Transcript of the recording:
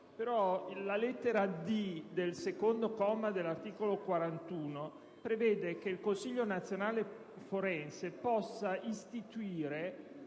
la lettera *d)* del comma 2 dell'articolo 41 prevede che il Consiglio nazionale forense possa istituire